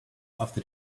after